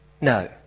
no